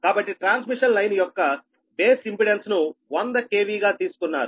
కాబట్టి transmission line యొక్క base impedance ను 100 KV గా తీసుకున్నారు